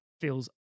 feels